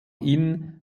inn